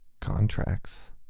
contracts